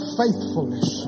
faithfulness